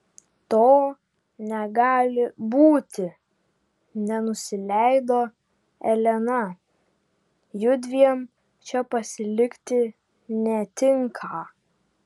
to negali būti nenusileido elena judviem čia pasilikti netinka